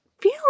feel